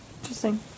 Interesting